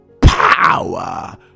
power